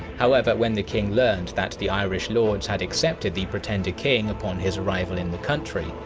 however, when the king learned that the irish lords had accepted the pretender king upon his arrival in the country,